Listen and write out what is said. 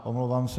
Omlouvám se.